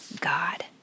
God